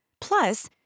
Plus